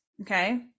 Okay